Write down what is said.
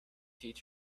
teach